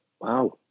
wow